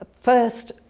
first